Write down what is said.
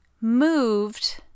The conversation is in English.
moved